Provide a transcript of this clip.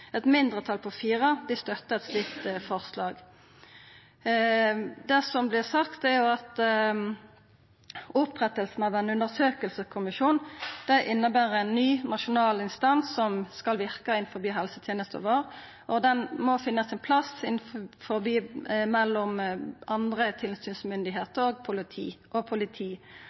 Eit mindretal på fire støtta eit slikt forslag. Det som vert sagt, er at opprettinga av ein undersøkingskommisjon inneber ein ny nasjonal instans som skal verka innan helsetenesta vår, og at han må finna sin plass mellom andre tilsynsmyndigheiter og politi. Det vil verta slik at både pasient, brukar, pårørande og